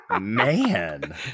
Man